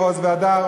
"עוז והדר",